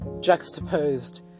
juxtaposed